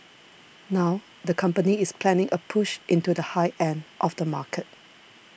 now the company is planning a push into the high end of the market